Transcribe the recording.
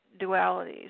dualities